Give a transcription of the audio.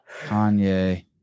Kanye